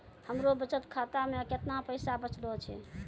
हमरो बचत खाता मे कैतना पैसा बचलो छै?